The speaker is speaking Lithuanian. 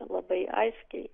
labai aiškiai